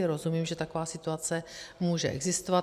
Rozumím, že taková situace může existovat.